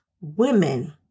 women